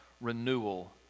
renewal